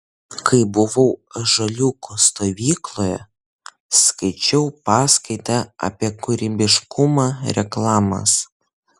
kai buvau ąžuoliuko stovykloje skaičiau paskaitą apie kūrybiškumą reklamas